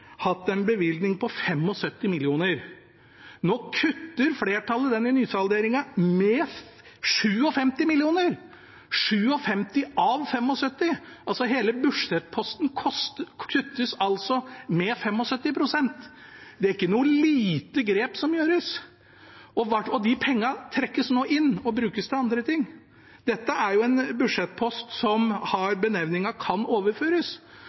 hatt en bevilgning på 75 mill. kr. Nå kutter flertallet den i nysalderingen med 57 mill. kr – 57 av 75; hele budsjettposten kuttes altså med 75 pst. Det er ikke noe lite grep som gjøres, og de pengene trekkes nå inn og brukes til andre ting. Dette er en budsjettpost som har benevningen «kan overføres»,